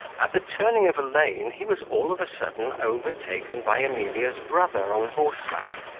at the turning of a lane he was all of a sudden overtaken by emilia's brother on horseback,